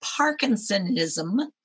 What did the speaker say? Parkinsonism